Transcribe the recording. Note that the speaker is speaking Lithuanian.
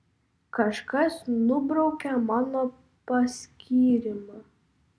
kažkas nubraukė mano paskyrimą